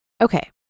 Okay